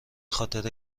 خاطر